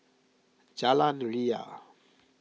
Jalan Ria